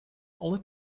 only